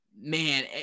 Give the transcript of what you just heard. man